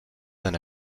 than